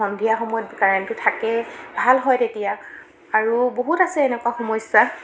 সন্ধিয়া সময়ত কাৰেণ্টটো থাকে ভাল হয় তেতিয়া আৰু বহুত আছে এনেকুৱা সমস্যা